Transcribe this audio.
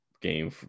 game